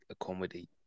accommodate